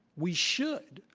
we should,